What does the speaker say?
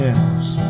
else